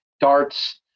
darts